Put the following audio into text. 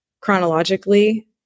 chronologically